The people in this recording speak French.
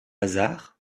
hasard